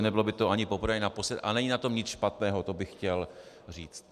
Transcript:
Nebylo by to ani poprvé ani naposledy a není na tom nic špatného, to bych chtěl říct.